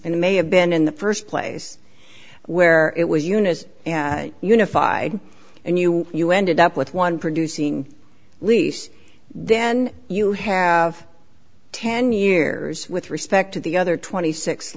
and it may have been in the st place where it was eunice unified and you you ended up with one producing lease then you have ten years with respect to the other twenty six